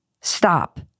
stop